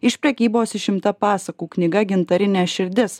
iš prekybos išimta pasakų knyga gintarinė širdis